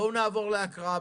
בואו נעבור להקראה